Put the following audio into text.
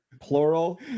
plural